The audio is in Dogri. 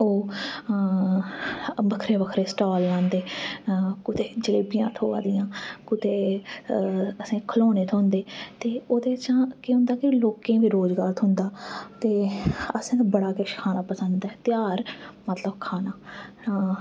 बक्खरे बक्खरे स्टॉल लगदे कुदै जलेबियां थ्होआ दियां ते कुदै असेंगी खिलौने थ्होंदे ते ओह्दे च केह् होंदा की लोकें ई बी रोज़गार थ्होंदा ते असें बड़ा किश खाना पसंद ऐ ध्यार मतलब खाना